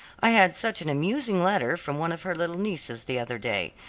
i had such an amusing letter from one of her little nieces the other day,